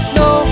no